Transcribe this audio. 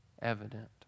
evident